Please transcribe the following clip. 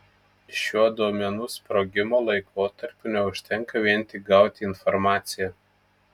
šiuo duomenų sprogimo laikotarpiu neužtenka vien tik gauti informaciją